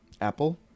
Apple